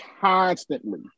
constantly